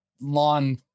lawn